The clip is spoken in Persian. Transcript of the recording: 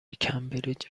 کمبریج